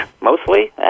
mostly